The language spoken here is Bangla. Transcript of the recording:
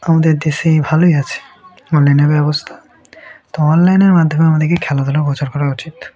আমাদের দেশে ভালোই আছে অনলাইনের ব্যবস্থা তো অনলাইনের মাধ্যমে আমাদেরকে খেলাধুলা প্রচার করা উচিত